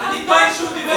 אני טוען שהוא דיבר,